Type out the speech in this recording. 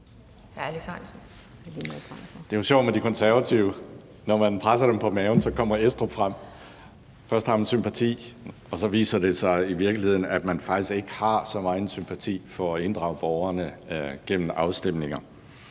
Det er jo sjovt med De Konservative: Når man presser dem på maven, kommer Estrup frem. Først har man sympati, og så viser det sig i virkeligheden, at man faktisk ikke har så megen sympati for at inddrage borgerne gennem afstemninger.